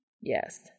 Yes